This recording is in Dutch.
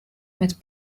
met